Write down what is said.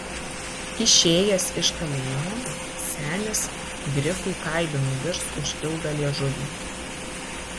išėjęs iš kalėjimo senis grifui kailį nudirs už ilgą liežuvį